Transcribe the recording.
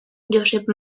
josep